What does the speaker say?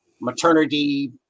maternity